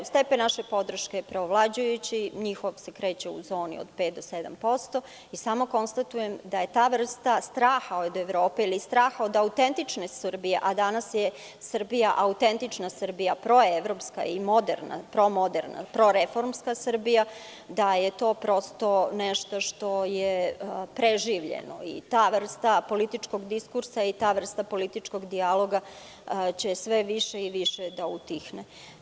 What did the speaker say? Stepen naše podrške je preovlađujući, a njihov se kreće u zoni od 5% do 7% i samo konstatujem da je ta vrsta straha od Evrope ili straha od autentične Srbije, a danas je Srbija autentična Srbija, proevropska i moderna, promoderna, proreformska Srbija, da je to prosto nešto što je preživljena i ta vrsta političkog diskursa i ta vrsta političkog dijaloga će sve i više da utihne.